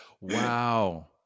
Wow